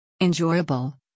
Enjoyable